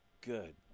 good